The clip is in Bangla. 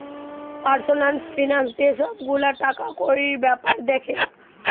পার্সনাল ফিনান্স যে সব গুলা টাকাকড়ির বেপার দ্যাখে